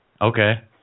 Okay